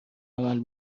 عمل